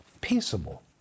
Peaceable